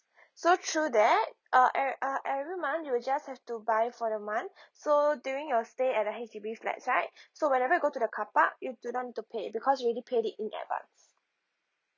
so through that ah e~ ah every month you will just have to buy for the month so during your stay at the H_D_B flats right so whenever you go to the car park you do not need to pay because you already paid it in advance